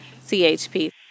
CHP